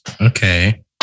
Okay